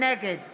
נגד